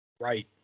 Right